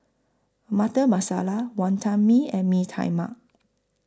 Butter Masala Wonton Mee and Mee Tai Mak